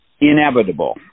inevitable